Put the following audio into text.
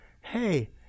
hey